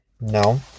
No